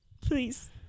please